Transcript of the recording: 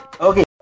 Okay